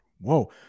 Whoa